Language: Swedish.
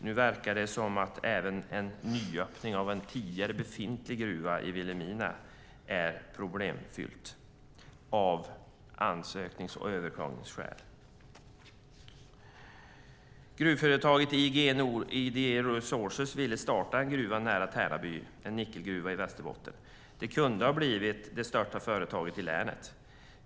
Nu verkar det som att även en nyöppning av en tidigare befintlig gruva i Vilhelmina är problemfylld av ansöknings och överklagningsskäl. Gruvföretaget IGE Resources ville starta en nickelgruva nära Tärnaby i Västerbotten. Det kunde ha blivit det största företaget i länet.